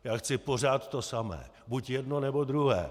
Já chci pořád to samé: buď jedno, nebo druhé.